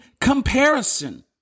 comparison